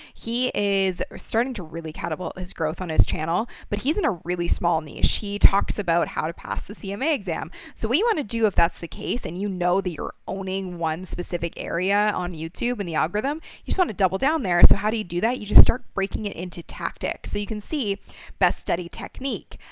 he is starting to really catapult his growth on his channel. but he's in a really small niche. he talks about how to pass the cma exam. so we want to do, if that's the case and you know that you're owning one specific area on youtube in the algorithm, you just want to double down there. so how do you do that? you just start breaking it into tactics. so you can see best study technique,